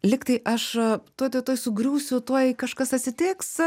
lygtai aš tuoj tuoj tuoj sugriūsiu tuoj kažkas atsitiks